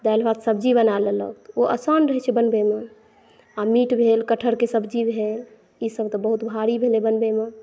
दालि भात सब्जी बनाए लेलक ओ आसान रहै छै बनबैमे आ मीट भेल कठहरके सब्जी भेल ई सब तऽ बहुत भारी भेलै बनबैमे